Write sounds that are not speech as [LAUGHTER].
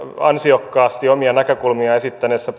ansiokkaasti omia näkökulmia esittäneessä [UNINTELLIGIBLE]